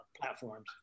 platforms